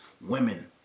Women